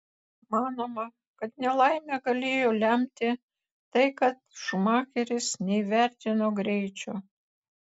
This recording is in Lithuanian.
manoma kad nelaimę galėjo lemti tai kad šumacheris neįvertino greičio